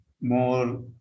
more